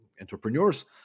entrepreneurs